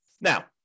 Now